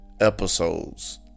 episodes